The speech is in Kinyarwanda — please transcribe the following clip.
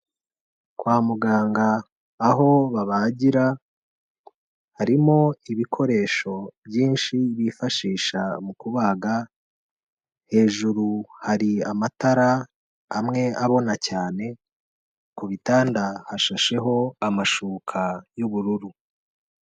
Kwa muganga aho babagira harimo ibikoresho byinshi bifashisha mu kubaga, hejuru hari amatara amwe abona cyane, ku bitanda hashasheho amashuka y'ubururu.